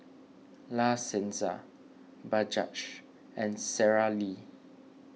La Senza Bajaj and Sara Lee